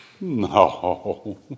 No